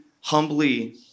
humbly